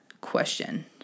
question